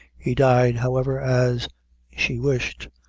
he died, however, as she wished,